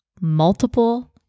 multiple